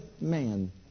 man